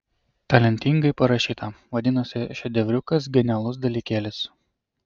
talentingai parašyta vadinasi šedevriukas genialus dalykėlis